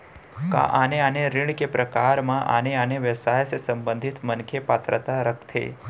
का आने आने ऋण के प्रकार म आने आने व्यवसाय से संबंधित मनखे पात्रता रखथे?